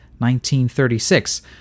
1936